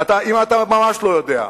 אם אתה ממש לא יודע: